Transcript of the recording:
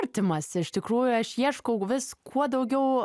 artimas iš tikrųjų aš ieškau vis kuo daugiau